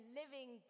living